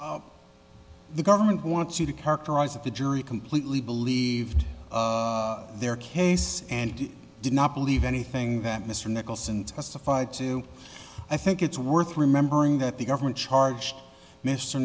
you the government wants you to characterize it the jury completely believed their case and did not believe anything that mr nicholson testified to i think it's worth remembering that the government charged mr